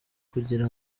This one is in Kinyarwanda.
kugira